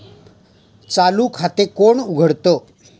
चालू खाते कोण उघडतं?